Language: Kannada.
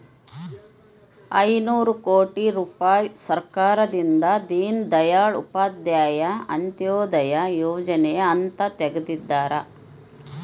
ಐನೂರ ಕೋಟಿ ರುಪಾಯಿ ಸರ್ಕಾರದಿಂದ ದೀನ್ ದಯಾಳ್ ಉಪಾಧ್ಯಾಯ ಅಂತ್ಯೋದಯ ಯೋಜನೆಗೆ ಅಂತ ತೆಗ್ದಾರ